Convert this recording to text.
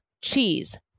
cheese